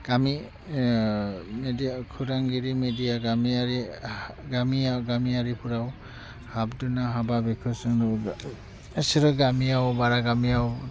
गामि मेडिया खौरांगिरि मेडिया गामियारि गामिया गामियारिफोराव हाबदोना हाबा बेखो सोंनो बिसोरो गामियाव बारा गामियाव